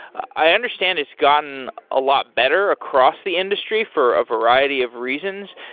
i understand it's gotten a lot better across the industry for a variety of reasons.